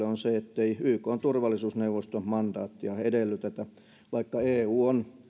on se ettei ykn turvallisuusneuvoston mandaattia edellytetä vaikka eu on